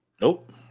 Nope